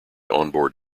onboard